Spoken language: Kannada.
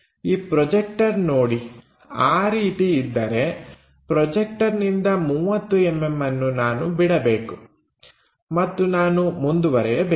ಆ ಪ್ರೊಜೆಕ್ಟರ್ ನೋಡಿ ಆ ರೀತಿ ಇದ್ದರೆ ಪ್ರೊಜೆಕ್ಟರ್ನಿಂದ 30mm ಅನ್ನು ನಾನು ಬಿಡಬೇಕು ಮತ್ತು ನಾನು ಮುಂದುವರೆಯಬೇಕು